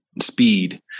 Speed